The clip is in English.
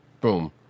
boom